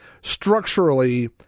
structurally